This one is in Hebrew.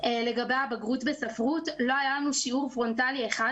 לגבי הבגרות בספרות: לא היה לנו שיעור פרונטלי אחד,